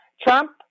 trump